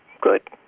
good